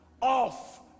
off